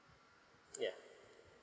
yeah